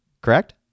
correct